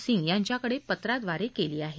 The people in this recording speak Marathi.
सिंग यांच्याकडे पत्राद्वारे केली आहे